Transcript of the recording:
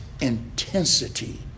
intensity